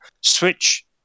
Switch